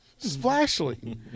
splashly